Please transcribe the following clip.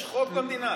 יש חוק במדינה.